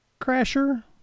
Crasher